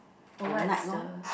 oh what's the